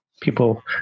people